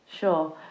Sure